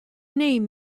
name